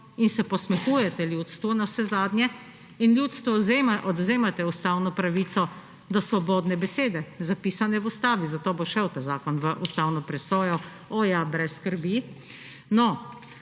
in se posmehujete ljudstvu navsezadnje in ljudstvu odvzemate ustavno pravico do svobodne besede, zapisane v ustavi. Zato bo šel ta zakon v ustavno presojo, o ja, brez skrbi!